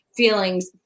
feelings